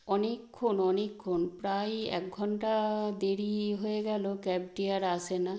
অনেকক্ষণ অনেকক্ষণ প্রায় এক ঘন্টা দেরিই হয়ে গেলো ক্যাবটি আর আসে না